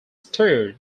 stirred